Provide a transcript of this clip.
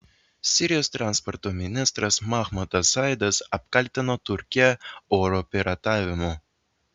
sirijos transporto ministras mahmudas saidas apkaltino turkiją oro piratavimu